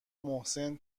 محسن